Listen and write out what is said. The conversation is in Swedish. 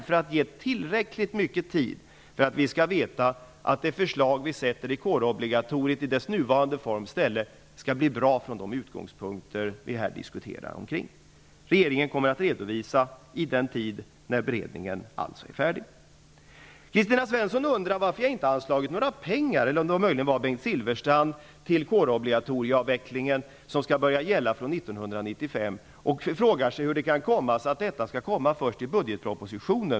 Därmed ges tillräckligt med tid för att vi skall kunna veta att förslaget till ersättande av det nuvarande kårobligatoriet skall bli bra från de utgångspunkter som vi här diskuterar. Regeringen kommer alltså att redovisa detta förslag när beredningen är färdig. Bengt Silfverstrand undrar varför jag inte har anvisat några pengar till kårobligatorieavvecklingen, som skall påbörjas under 1995, och frågar sig hur det kan komma sig att dessa medel skall anvisas först i det årets budgetproposition.